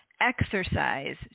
exercise